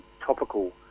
topical